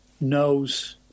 knows